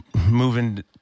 moving